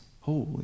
Holy